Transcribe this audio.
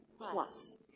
plus